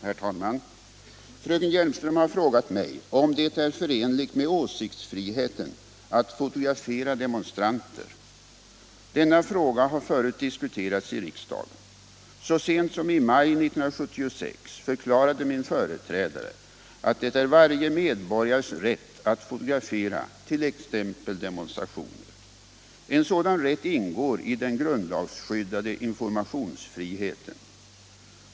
Herr talman! Fröken Hjelmström har frågat mig om det är förenligt med åsiktsfriheten att fotografera demonstranter. Denna fråga har förut diskuterats i riksdagen. Så sent som i maj 1976 förklarade min företrädare att det är varje medborgares rätt att fotografera t.ex. demonstrationer. En sådan rätt ingår i den grundlagsskyddade informationsfriheten.